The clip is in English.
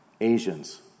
Asians